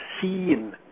seen